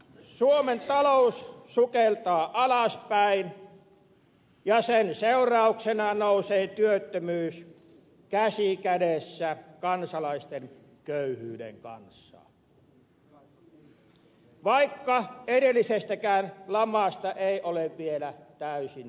suomen talous sukeltaa alaspäin ja sen seurauksena nousee työttömyys käsi kädessä kansalaisten köyhyyden kanssa vaikka edellisestäkään lamasta ei ole vielä täysin toivuttu